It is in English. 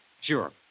Sure